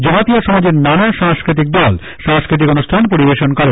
জমাতিয়া সমাজের নানা সাংস্কৃতিক দল সাংস্কৃতিক অনুষ্ঠান পরিবেশন করেন